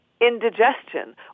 indigestion